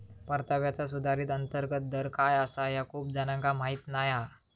परताव्याचा सुधारित अंतर्गत दर काय आसा ह्या खूप जणांका माहीत नाय हा